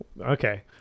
Okay